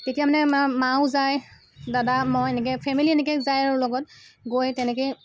তেতিয়া মানে মাও যায় দাদা মই এনেকৈ ফেমিলি যায় আৰু এনেকৈ লগত গৈ তেনেকে